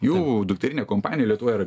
jų dukterinė kompanija lietuvoj yra